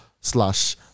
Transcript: slash